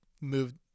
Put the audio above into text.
moved